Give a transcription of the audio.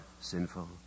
sinful